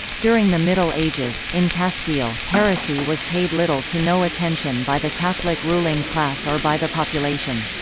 during the middle ages, in castile, heresy was paid little to no attention by the catholic ruling class or by the population.